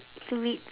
to read